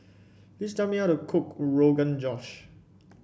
please tell me how to cook Rogan Josh